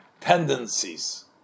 tendencies